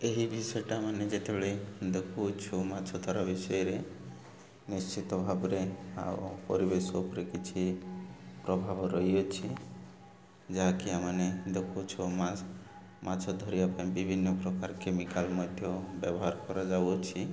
ଏହି ବିଷୟଟା ମାନେ ଯେତେବେଳେ ଦେଖୁଛୁ ମାଛ ଧରା ବିଷୟରେ ନିଶ୍ଚିତ ଭାବରେ ଆଉ ପରିବେଶ ଉପରେ କିଛି ପ୍ରଭାବ ରହିଅଛି ଯାହାକି ଆମମାନେ ଦେଖୁଛୁ ମାଛ ଧରିବା ପାଇଁ ବିଭିନ୍ନ ପ୍ରକାର କେମିକାଲ୍ ମଧ୍ୟ ବ୍ୟବହାର କରାଯାଉଅଛି